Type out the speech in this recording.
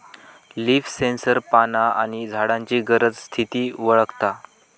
leaf sensor पाना आणि झाडांची गरज, स्थिती वळखता